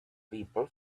people